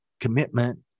commitment